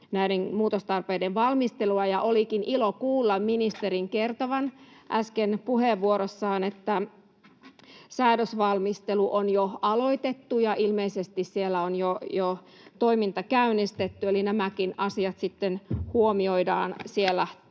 muutostarpeiden valmistelua. Olikin ilo kuulla ministerin kertovan äsken puheenvuorossaan, että säädösvalmistelu on jo aloitettu ja ilmeisesti siellä on jo toiminta käynnistetty. Eli nämäkin asiat sitten huomioidaan siellä